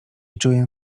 czuję